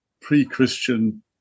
pre-Christian